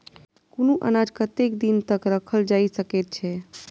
कुनू अनाज कतेक दिन तक रखल जाई सकऐत छै?